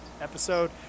episode